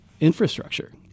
infrastructure